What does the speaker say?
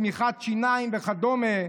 צמיחת שיניים וכדומה.